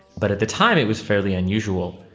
but at the time it was fairly unusual.